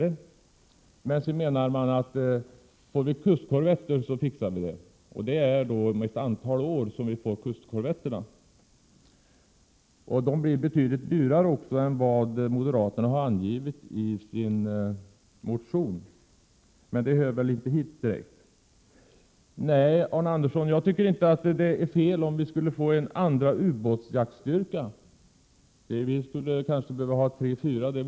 Men samtidigt menar man att vi fixar det hela, om vi får kustkorvetter. Men det är först om ett antal år som vi får dessa kustkorvetter. De blir också betydligt dyrare än vad moderaterna har angivit i sin motion, även om detta inte direkt hör hit. Nej, Arne Andersson, jag tycker inte att det vore fel om vi fick en andra ubåtsjaktstyrka. Det vore ännu bättre om vi kanske hade tre fyra sådana.